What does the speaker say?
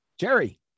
Jerry